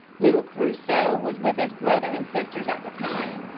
little crusoe was with his brother and sisters at the time,